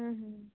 হুম হুম